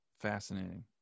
Fascinating